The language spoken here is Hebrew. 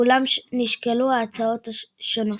אולם נשקלו הצעות שונות.